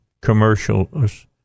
commercials